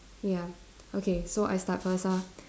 ya okay so I start first ah